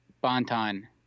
Bonton